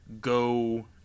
go